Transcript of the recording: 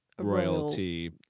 Royalty